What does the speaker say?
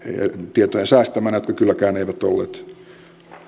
tietojen säestämänä jotka kylläkään eivät olleet